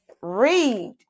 read